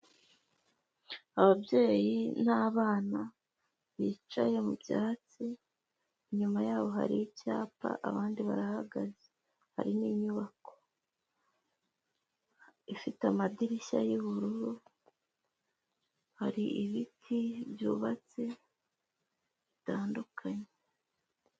Ababyeyi n'abana bicaye mu byatsi, inyuma yabo hari icyapa abandi barahagaze, hari n'inyubako ifite amadirishya y'ubururu, hari ibiti byubatse bitandukanye,